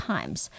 Times